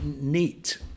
neat